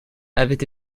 avaient